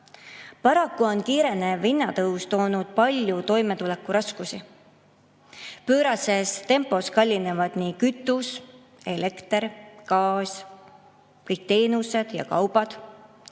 Paraku on kiirenev hinnatõus toonud palju toimetulekuraskusi. Pöörases tempos kallinevad kütus, elekter, gaas, kõik teenused ja kaubad